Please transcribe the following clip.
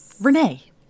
Renee